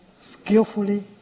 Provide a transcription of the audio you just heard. skillfully